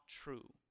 true